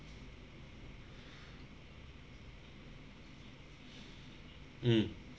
mm